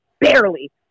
barely